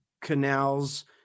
canals